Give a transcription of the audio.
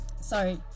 sorry